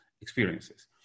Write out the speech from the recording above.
experiences